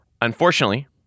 Unfortunately